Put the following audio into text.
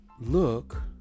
look